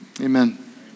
amen